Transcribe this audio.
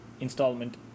installment